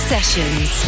Sessions